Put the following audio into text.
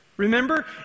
Remember